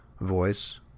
voice